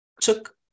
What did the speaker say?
took